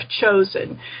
chosen